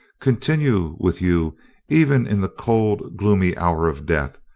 continue with you even in the cold gloomy hour of death,